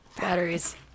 batteries